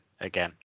again